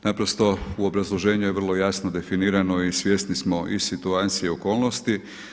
Naprosto u obrazloženju je vrlo jasno definirano i svjesni smo i situacije i okolnosti.